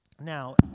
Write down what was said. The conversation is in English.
Now